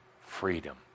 freedom